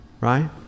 Right